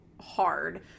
hard